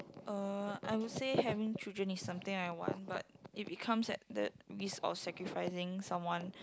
uh I would say having children is something I want but if it comes at the risk of sacrificing someone